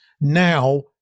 Now